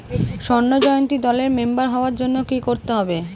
স্বর্ণ জয়ন্তী দলের মেম্বার হওয়ার জন্য কি করতে হবে?